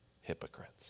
hypocrites